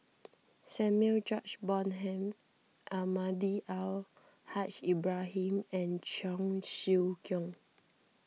Samuel George Bonham Almahdi Al Haj Ibrahim and Cheong Siew Keong